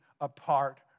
apart